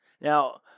Now